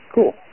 Cool